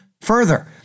Further